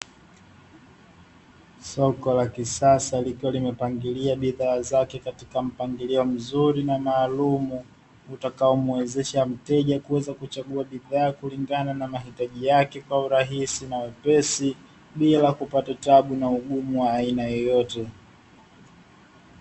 Soko la kisasa likiwa limepigilia bidhaa zake katika mpangilio mzuri na maalumu. Utakaomwezesha mteja kuweza kuchagua bidhaa kulingana na mahitaji yake kwa urahisi na wepesi bila kupata taabu na ugumu wa aina yoyote.